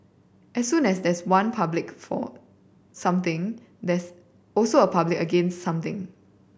as soon as there's one public for something there's also a public against something